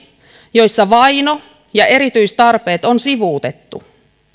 joissa vaino ja erityistarpeet on sivuutettu